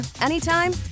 anytime